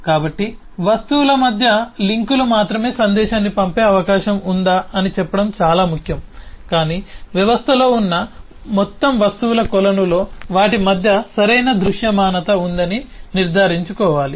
కాబట్టి వస్తువుల మధ్య లింకులు మాత్రమే సందేశాన్ని పంపే అవకాశం ఉందా అని చెప్పడం చాలా ముఖ్యం కాని వ్యవస్థలో ఉన్న మొత్తం వస్తువుల కొలనులో వాటి మధ్య సరైన దృశ్యమానత ఉందని నిర్ధారించుకోవాలి